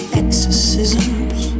exorcisms